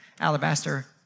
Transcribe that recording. alabaster